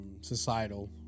Societal